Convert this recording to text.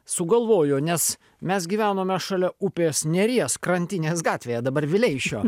sugalvojo nes mes gyvenome šalia upės nėries krantinės gatvėje dabar vileišio